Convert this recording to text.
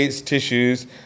tissues